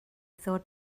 ddod